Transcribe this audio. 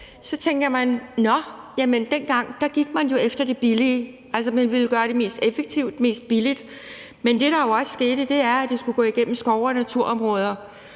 tænker man: Nå, jamen dengang gik man jo efter det billige – altså, man ville gøre det mest effektivt, mest billigt – men det, der jo også skete, var, at det skulle gå igennem skov- og naturområder.